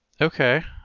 okay